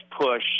push